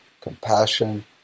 compassion